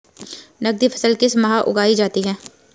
नकदी फसल किस माह उगाई जाती है?